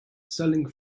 selling